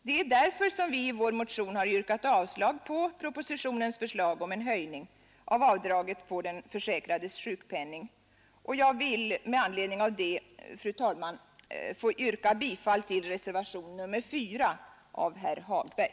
Det är därför som vi i vår motion har yrkat avslag på propositionens förslag om en höjning av avdraget på den försäkrades sjukpenning. Jag ber med anledning av det, fru talman, att få yrka bifall till reservationen 4 av herr Hagberg.